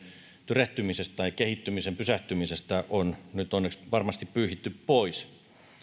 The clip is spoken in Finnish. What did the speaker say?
tyrehtymisestä tai kehittymisen pysähtymisestä on nyt onneksi varmasti pyyhitty pois mutta